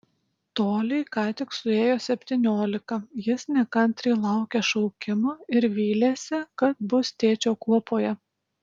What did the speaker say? toliai ką tik suėjo septyniolika jis nekantriai laukė šaukimo ir vylėsi kad bus tėčio kuopoje